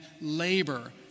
labor